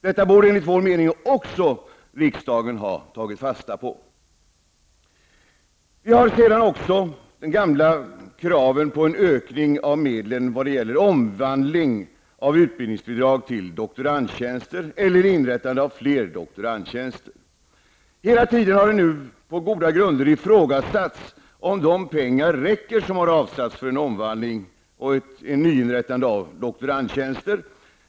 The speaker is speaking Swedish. Det borde riksdagen också ha tagit fasta på. Sedan har vi de gamla kraven på en ökning av medlen för omvandling av utbildningsbidrag till doktorandtjänster eller inrättande av flera doktorandtjänster. Det har på goda grunder ifrågasatts om de pengar som har avsatts räcker för en omvandling och nyinrättande av doktorandtjänster.